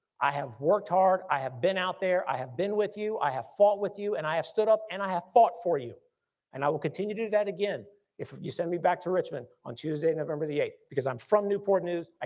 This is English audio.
i have worked hard, i have been out there, i have been with you, i have fought with you and i have stood up and i have fought for you and i will continue to do that again if you send me back to richmond on tuesday november the eighth, because i'm from newport news,